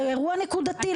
זה אירוע נקודתי,